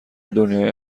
دنیای